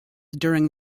during